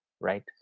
right